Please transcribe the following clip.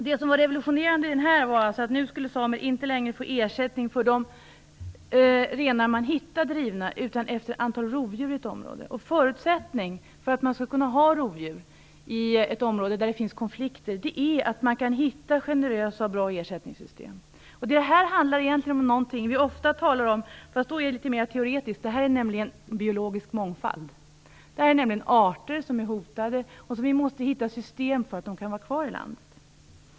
Det som var revolutionerande i rapporten var att samer nu inte längre skulle få ersättning för de renar man hittade rivna, utan efter antal rovdjur i ett område. Förutsättningen för att man skall kunna ha rovdjur i ett område där det finns konflikter är att man kan hitta generösa och bra ersättningssystem. Det här handlar egentligen om någonting vi ofta talar om, även om det då är mer teoretiskt, nämligen biologisk mångfald. Det här handlar om arter som är hotade och om de system vi måste hitta för att de skall kunna vara kvar i landet.